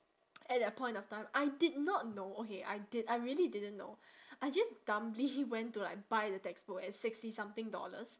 at that point of time I did not know okay I did I really didn't know I just dumbly went to like buy the textbook at sixty something dollars